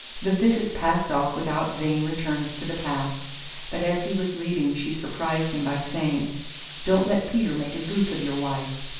the visit passed off without vain returns to the past but as he was leaving she surprised him by saying don't let peter make a goose of your wife.